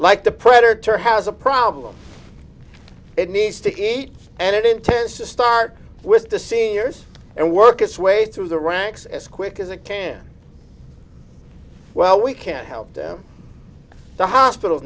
like the predator has a problem it needs to create and it intends to start with the seniors and work its way through the ranks as quick as i can well we can help the hospitals